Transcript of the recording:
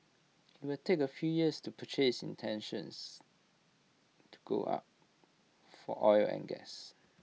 IT will take A few years to purchase intentions to go up for oil and gas